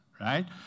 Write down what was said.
right